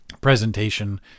presentation